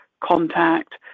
contact